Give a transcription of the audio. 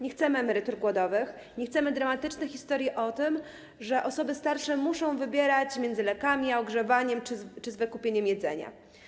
Nie chcemy emerytur głodowych, nie chcemy dramatycznych historii o tym, że osoby starsze muszą wybierać między lekami a ogrzewaniem czy wykupieniem jedzenia.